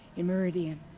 in meridian!